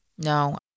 No